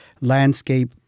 landscape